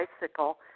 bicycle